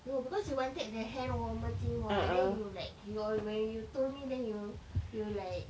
no because you wanted the hand warmer thing [what] then you like you all when you told me then you you like